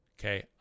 Okay